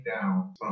down